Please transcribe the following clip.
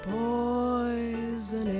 poison